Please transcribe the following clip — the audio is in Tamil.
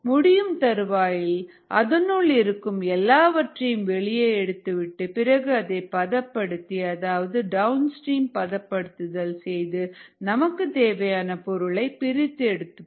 முடியும் தருவாயில் அதனுள் இருக்கும் எல்லாவற்றையும் வெளியே எடுத்து விட்டு பிறகு அதை பதப்படுத்தி அதாவது டவுன் ஸ்ட்ரீம் பதப்படுத்துதல் செய்து நமக்கு தேவையான பொருளை பிரித்து எடுப்போம்